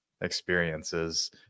experiences